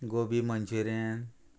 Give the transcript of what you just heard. gobi Manchurian